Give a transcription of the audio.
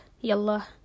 Yalla